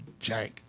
jank